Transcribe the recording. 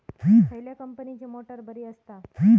खयल्या कंपनीची मोटार बरी असता?